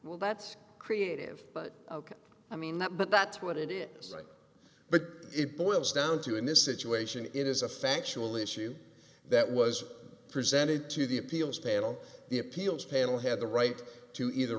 well that's creative but i mean that but that's what it is but it boils down to in this situation it is a factual issue that was presented to the appeals panel the appeals panel had the right to either